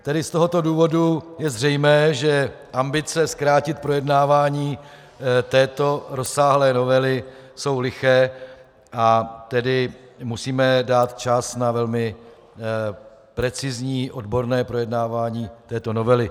Tedy z tohoto důvodu je zřejmé, že ambice zkrátit projednávání této rozsáhlé novely jsou liché, a tedy musíme dát čas na velmi precizní odborné projednávání této novely.